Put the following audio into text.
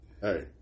Hey